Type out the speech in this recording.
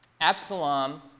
Absalom